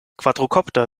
quadrokopter